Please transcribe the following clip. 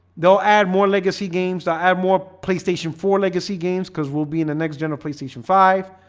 they'll add more legacy games i add more playstation four legacy games because we'll be in the next general playstation five.